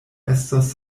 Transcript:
estos